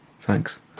Thanks